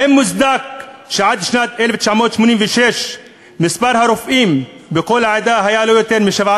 האם מוצדק שעד שנת 1986 מספר הרופאים בכל העדה היה לא יותר משבעה,